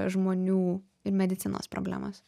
žmonių ir medicinos problemos